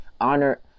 honor